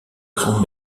grands